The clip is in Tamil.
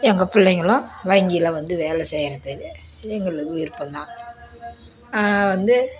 எங்கள் பிள்ளைங்கல்லாம் வங்கியில் வந்து வேலை செய்கிறது எங்களுக்கு விருப்பம் தான் வந்து